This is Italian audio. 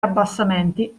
abbassamenti